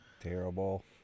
Terrible